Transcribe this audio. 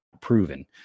proven